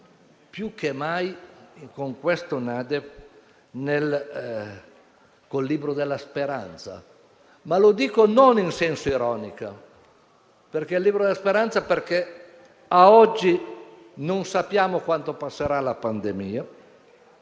più che mai di fronte al libro della speranza e lo dico non in senso ironico. Parlo di libro della speranza perché, a oggi, non sappiamo quando passerà la pandemia,